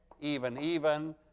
even-even